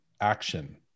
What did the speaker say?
action